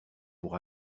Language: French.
pour